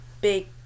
big